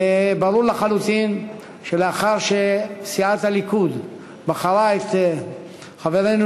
ברור לחלוטין שלאחר שסיעת הליכוד בחרה את חברנו